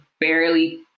barely